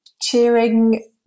cheering